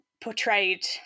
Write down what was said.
portrayed